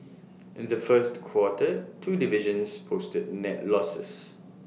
in the first quarter two divisions posted net losses